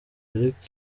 ariko